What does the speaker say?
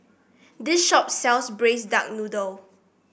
this shop sells Braised Duck Noodle